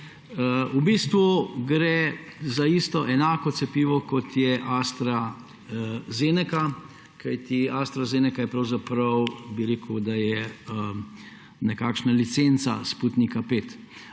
V bistvu gre za enako cepivo, kot je AstraZeneca. AstraZeneca je pravzaprav, bi rekel, nekakšna licenca Sputnika 5.